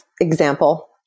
example